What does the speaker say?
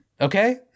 Okay